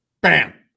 bam